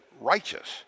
righteous